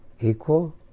equal